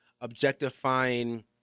objectifying